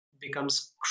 becomes